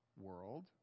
world